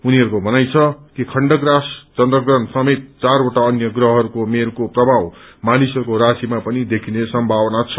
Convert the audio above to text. उनीहरूको भनाई छ कि खण्डप्रास चन्द्रग्रहण समेत चारवटा अन्य ग्रहङ्स्को मेल मानिसहस्को राशिमा पनि देखिने सम्मावना छ